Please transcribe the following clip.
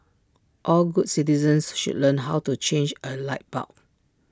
all good citizens should learn how to change A light bulb